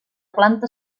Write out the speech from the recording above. planta